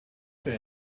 say